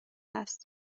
است